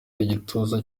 igituza